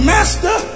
Master